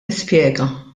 nispjega